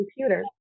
computer